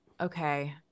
okay